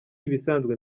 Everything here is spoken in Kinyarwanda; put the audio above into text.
ibisanzwe